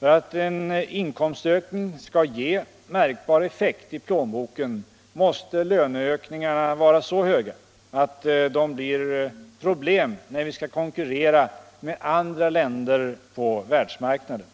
För att en inkomstökning skall ge märkbar effekt i plånboken måste löneökningarna nu vara så höga att de blir problem när vi skall konkurrera med andra länder på världsmarknaden.